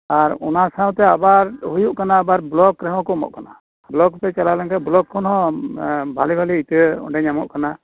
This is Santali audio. ᱟᱨ ᱚᱱᱟ ᱥᱟᱶᱛᱮ ᱦᱩᱭᱩᱜ ᱠᱟᱱᱟ ᱟᱵᱟᱨ ᱵᱞᱚᱠ ᱨᱮᱦᱚᱸ ᱠᱚ ᱮᱢᱚᱜ ᱠᱟᱱᱟ ᱵᱞᱚᱠ ᱛᱮ ᱪᱟᱞᱟᱣ ᱞᱮᱱ ᱠᱷᱟᱡ ᱵᱷᱟᱞᱮᱼᱵᱷᱟᱞᱮ ᱤᱛᱟᱹ ᱚᱸᱰᱮ ᱧᱟᱢᱚᱜ ᱠᱟᱱᱟ